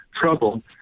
trouble